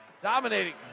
Dominating